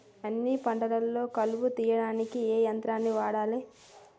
అన్ని పంటలలో కలుపు తీయనీకి ఏ యంత్రాన్ని వాడాలే?